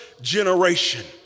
generation